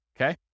okay